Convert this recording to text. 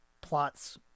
plots